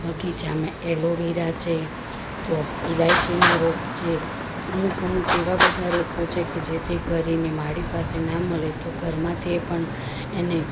બગીચામાં એલોવેરા છે તો ઈલાયચીના રોપ જે અમુક અમુક એવા બધા રોપો છે કે જેથી કરીને માળી પાસે ના મળે તો ઘરમાંથી એ પણ એને